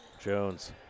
Jones